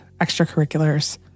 extracurriculars